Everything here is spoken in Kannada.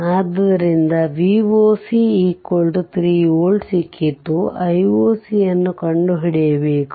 ಆದ್ದರಿಂದ V o c 3 volt ಸಿಕ್ಕಿತು I o c ನ್ನು ಕಂಡುಹಿಡಿಯಬೇಕು